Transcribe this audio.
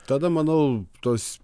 tada manau tos